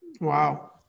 Wow